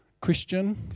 Christian